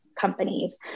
companies